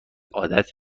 عادت